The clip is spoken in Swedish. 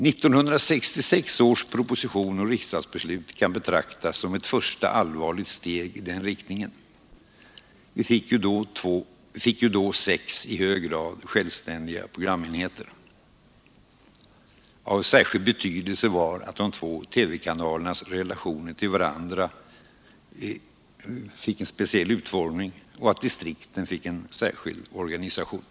1966 års proposition och riksdagsbeslut kan betraktas som ett första allvarligt steg i den riktningen. Vi fick ju då sex i hög grad självständiga programenheter. Av särskild betydelse var att de två TV-kanalernas relationer till varandra fick en speciell utformning och att distrikten fick en särskild organisation.